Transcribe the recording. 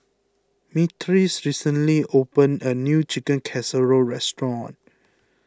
Myrtis recently opened a new Chicken Casserole restaurant